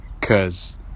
cause